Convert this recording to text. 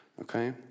Okay